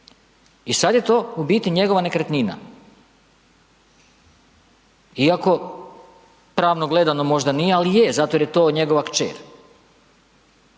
I sad je to u biti njegova nekretnina. Iako pravno gledano možda nije ali je zato jer je to njegova kćer.